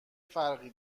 فرقی